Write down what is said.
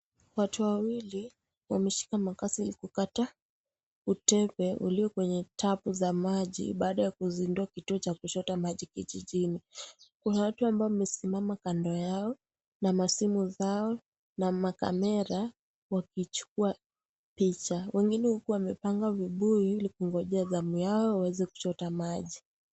Watu wawili wameshika makazi ya kukata utebe ulio kwenye tapu za maji baada ya kuzindua kituo cha kuchota maji kijijini, kuna watu ambao wamesimama kando yao na masimu zao na makamera wakichukua picha wengine huku wamepanga vibuyu wakingojea samu yao iliwaweze kuchota maji.